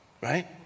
right